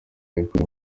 yakoze